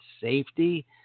safety